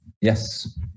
Yes